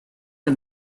the